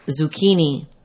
zucchini